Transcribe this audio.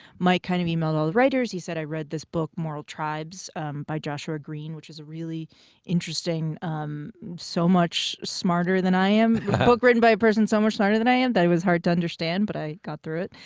mike kind of e-mailed all the writers, he said, i read this book moral tribes by joshua greene, which is a really interesting so much smarter than i am a book written by a person so much smarter than i am that it was hard to understand. but i got through it.